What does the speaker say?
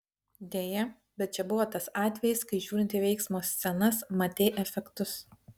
deja bet čia buvo tas atvejis kai žiūrint į veiksmo scenas matei efektus